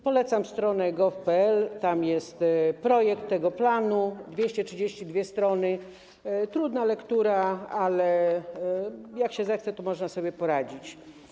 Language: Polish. Polecam stronę gov.pl, tam jest projekt tego planu, 232 strony, trudna lektura, ale jeśli się zechce, to można sobie poradzić.